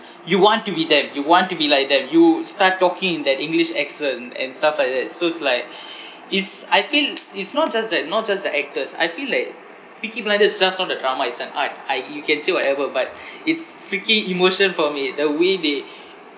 you want to be them you want to be like them you start talking in that english accent and stuff like that so is like is I feel it's not just that not just the actors I feel like peaky blinders is just not a drama it's an art I you can say whatever but its freaking emotion from it the way they